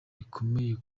ikomeye